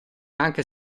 anche